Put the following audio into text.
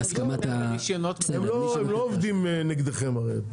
בשביל מה אתה הם לא עובדים נגדכם הרי?